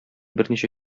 берничә